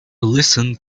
listened